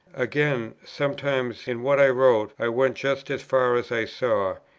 again, sometimes in what i wrote i went just as far as i saw,